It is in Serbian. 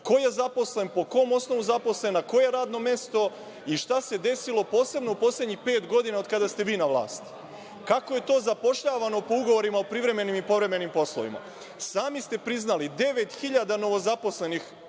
Ko je zaposlen? Po kom osnovu zaposlen? Na koje radno mesto i šta se desilo posebno u poslednjih pet godina od kada ste vi na vlasti? Kako je to zapošljavano po ugovorima o privremenim i povremenim poslovima? Sami ste priznali, devet hiljada novozaposlenih